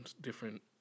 different